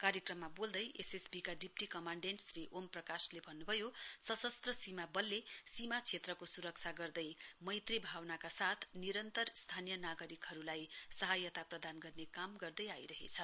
कार्यक्रममा बोल्दै एसएसबिका डिप्टी कमाण्डेण्ट श्री ओम प्रकाशले भन्न्भयो सशस्त्र सीमा बलले सीमा क्षेत्रको सुरक्षा गर्दै मैत्री भावनाका साथ स्थानीय नागरिकहरूलाई सहायता प्रदान गर्ने काम गर्दै आइरहेछ